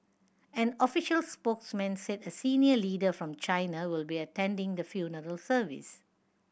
an official spokesman said a senior leader from China will be attending the funeral service